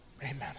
Amen